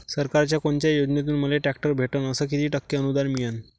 सरकारच्या कोनत्या योजनेतून मले ट्रॅक्टर भेटन अस किती टक्के अनुदान मिळन?